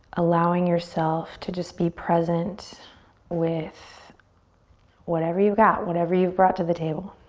allowing yourself to just be present with whatever you've got. whatever you've brought to the table.